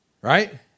right